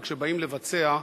וכשבאים לבצע,